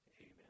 amen